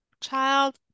child